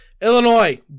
Illinois